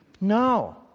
No